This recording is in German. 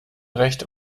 rechte